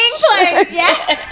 yes